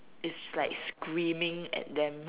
it's like screaming at them